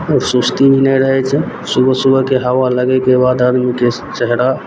आओर सुस्ती भी नहि रहय छै सुबह सुबहके हवा लगयके बाद आदमीके चेहरा